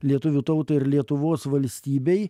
lietuvių tautai ir lietuvos valstybei